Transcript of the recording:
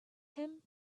him